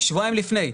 שבועיים לפני,